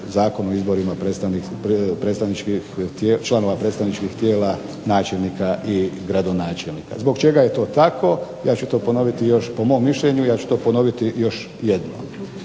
zakon o izborima članova predstavničkih tijela načelnika i gradonačelnika. Zbog čega je to tako, ja ću ponoviti još jednom. Izbori i sami opoziv se odnose